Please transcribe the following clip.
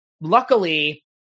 luckily